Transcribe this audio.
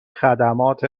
خدمات